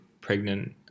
pregnant